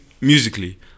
musically